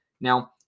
Now